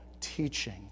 teaching